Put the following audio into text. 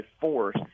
force